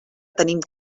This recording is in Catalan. tenim